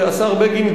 השר בגין,